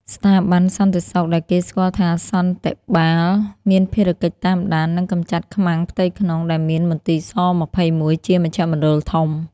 ស្ថាប័នសន្តិសុខដែលគេស្គាល់ថា «សន្តិបាល» មានភារកិច្ចតាមដាន និងកម្ចាត់ខ្មាំងផ្ទៃក្នុង ដែលមានមន្ទីរស-២១ ជាមជ្ឈមណ្ឌលធំ។